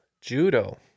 judo